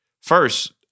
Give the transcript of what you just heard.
First